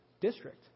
district